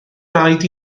raid